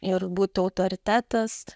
ir būt autoritetas